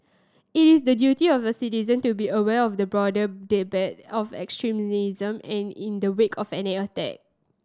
it is the duty of a citizen to be aware of the broader debate of extremism and in the wake of any attack